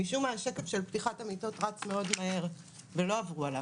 משום מה השקף של פתיחת המיטות רץ מאוד מהר ולא עברו עליו,